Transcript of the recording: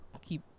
Keep